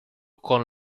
con